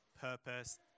purpose